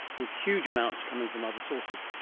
with huge amounts coming from other sources.